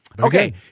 Okay